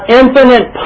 infinite